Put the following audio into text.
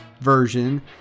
version